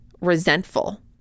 resentful